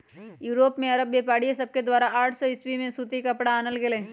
Europe में अरब व्यापारिय सभके द्वारा आठ सौ ईसवी में सूती कपरा आनल गेलइ